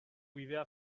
bidea